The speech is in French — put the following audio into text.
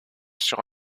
sur